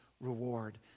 reward